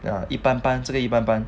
ya 一般般这个一般般